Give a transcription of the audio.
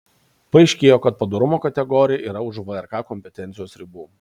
paaiškėjo kad padorumo kategorija yra už vrk kompetencijos ribų